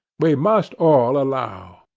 we must all allow.